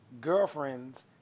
girlfriends